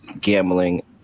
gambling